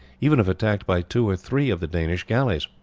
even if attacked by two or three of the danish galleys.